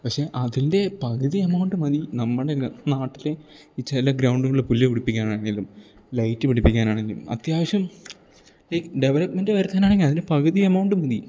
പക്ഷെ അതിൻ്റെ പകുതി എമൗണ്ട് മതി നമ്മുടെ നാട്ടിലെ ഈ ചില ഗ്രൗണ്ടുകളിൽ പുല്ല് പിടിപ്പിക്കാനാണെങ്കിലും ലൈറ്റ് പിടിപ്പിക്കാനാണെങ്കിലും അത്യാവശ്യം ലൈക്ക് ഡെവലപ്മെൻറ് വരുത്താനാണെങ്കിൽ അതിൻ്റെ പകുതി എമൗണ്ട് മതി